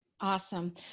Awesome